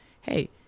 hey